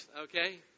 okay